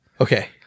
Okay